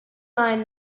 mind